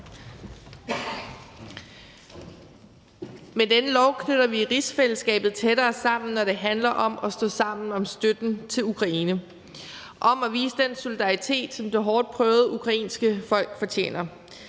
Med denne lov knytter vi rigsfællesskabet tættere sammen, når det handler om at stå sammen om støtten til Ukraine og om at vise den solidaritet, som det hårdt prøvede ukrainske folk fortjener,